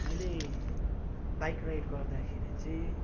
मैले bike ride गर्दाखेरि चाहिँ